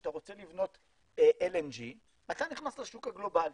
כשאתה רוצה לבנות LNG אתה נכנס לשוק הגלובלי.